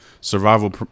Survival